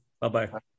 Bye-bye